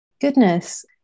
goodness